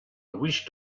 wished